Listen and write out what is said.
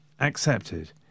accepted